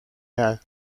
edad